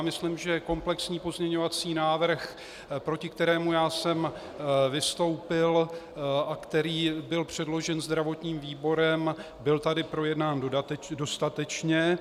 Myslím si, že komplexní pozměňovací návrh, proti kterému já jsem vystoupil a který byl předložen zdravotním výborem, byl tady projednán dostatečně.